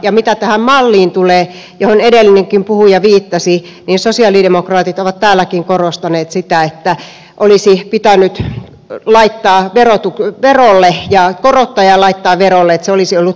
ja mitä tähän malliin tulee johon edellinenkin puhuja viittasi niin sosialidemokraatit ovat täälläkin korostaneet sitä että olisi pitänyt korottaa ja laittaa verolle että se olisi ollut parempi